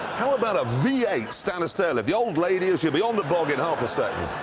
how about a v eight stannah stairlift? the old lady, she'll be on the bog in half a second.